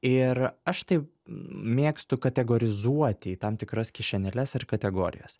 ir aš taip mėgstu kategorizuoti į tam tikras kišenėles ir kategorijas